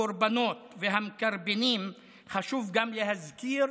הקורבנות והמקרבנים חשוב גם להזכיר